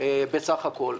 בסך הכול,